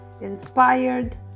inspired